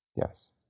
Yes